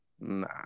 Nah